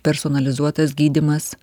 personalizuotas gydymas